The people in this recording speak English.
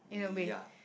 ya